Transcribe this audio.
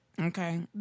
Okay